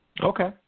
Okay